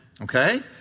Okay